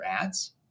ads